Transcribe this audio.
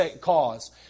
cause